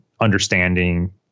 understanding